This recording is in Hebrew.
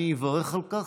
אני אברך על כך.